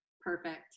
perfect